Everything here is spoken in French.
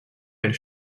elle